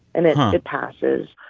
and it it passes.